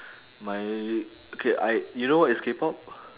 my okay I you know what is K-pop